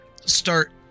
start